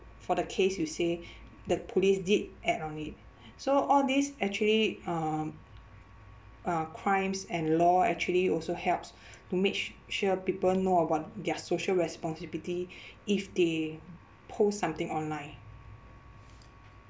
for the case you say the police did act on it so all these actually uh are crimes and law actually also helps to make su~ sure people know about their social responsibility if they post something online